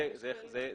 זה מוסדר.